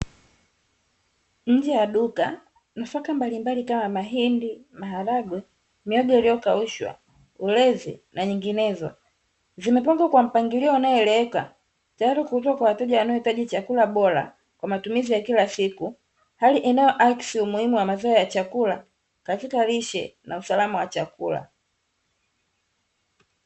Nje ya duka nafaka mbalimbali kama mahindi, maharagwe, mihogo iliyokaushwa, ulezi na nyinginezo, zimepangwa kwa mpangilio unaoeleweka tayari kwa kuuzwa kwa wateja wanaohitaji chakula bora kwa matumizi ya kila siku, hali inayoakisi umuhimu wa mazao ya chakula katika lishe na usalama wa chakula.